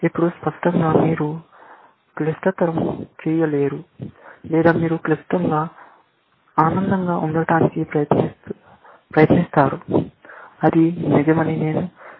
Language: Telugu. ఇప్పుడు స్పష్టంగా మీరు క్లిష్టతరం చేయలేరు లేదా మీరు సంక్లిష్టంగా ఆనందంగా ఉండటానికి ప్రయత్నిస్తారు అది నిజమని నేను గుర్తించగలను